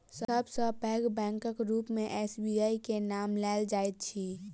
सब सॅ पैघ बैंकक रूप मे एस.बी.आई के नाम लेल जाइत अछि